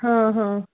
ہاں ہاں